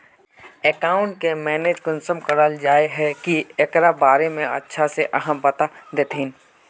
Account के manage कुंसम कराल जाय है की एकरा बारे में अच्छा से आहाँ बता देतहिन?